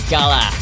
Gala